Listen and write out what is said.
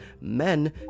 men